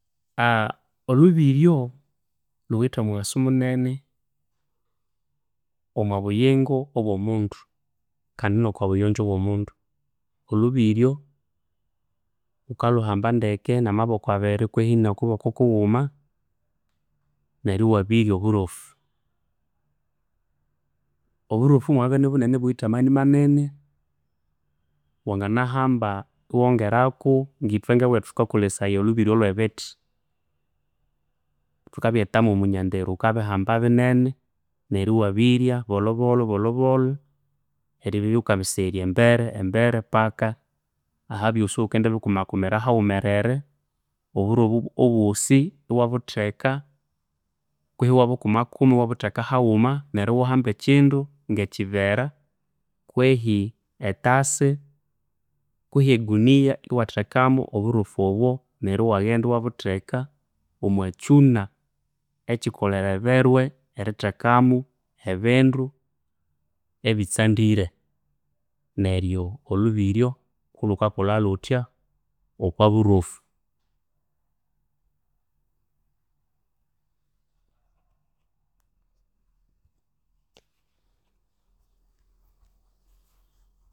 Olubiryo luwithe omughaso munene omwa buyingo obwo mundu kandi nokwo buyonjo bwa mundu. Olubiryo ghukalihamba ndeke namaboko abiriri kwehi nokuboko kughuma neryo iwabirya oborofu. Oburofu bwamabya inibunene ibuwithe amani manene, wangana hamba iwa ngerako ngithwe nge wethu thuka kolesaya olubiryo olwe bithi, thukabyetha mwa munyanderu wukabihamba binene neryo iwabirya bolhobolho bohlbolho eribya wukabisegherya embere paka aha byosi ghukendi bikumakumira haghumerere oburofu obosi iwabutheka kwehi iwa bukumakuma haghuma neryo iwahamba ekyindu nge kivera kwehi e tasi kwehi eguniha iwatekamo oburofu obo neryo iwaghenda iwa butheka omwa kyuna ekikolereberwe erithekamo ebindu ebitsandire neryo olubiryo kwa lukakolha luthya okwa burofu.